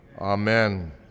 Amen